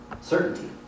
certainty